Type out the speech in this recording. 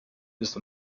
ist